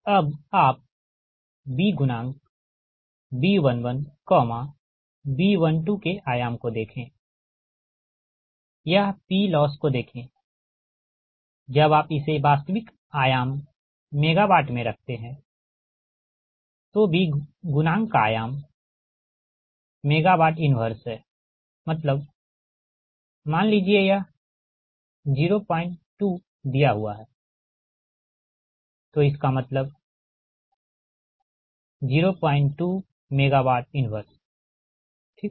अब आप B गुणांक B11B12के आयाम को देखें यह PLossको देखें जब आप इसे वास्तविक आयाम MW में रखते है तो B गुणांक का आयाम MW 1है मतलब मान लीजिए यह 02 दिया हुआ है तो इसका मतलब 02 MW 1 ठीक